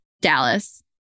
Dallas